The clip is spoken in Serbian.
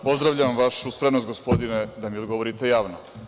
Pozdravljam vašu spremnost, gospodine, da mi odgovorite javno.